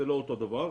זה לא אותו דבר,